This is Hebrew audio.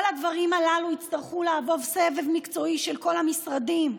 כל הדברים הללו יצטרכו לעבור סבב מקצועי של כל המשרדים.